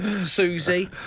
Susie